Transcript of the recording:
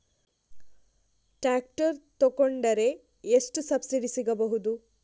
Tractor ತೊಕೊಂಡರೆ ಎಷ್ಟು subsidy ಸಿಗಬಹುದು?